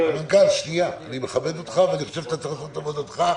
שיושבת באופוזיציה.